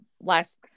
last